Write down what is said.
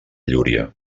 llúria